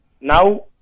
now